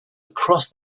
across